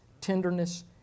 tenderness